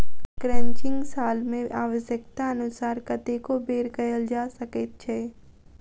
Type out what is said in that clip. crutching साल मे आव्श्यकतानुसार कतेको बेर कयल जा सकैत छै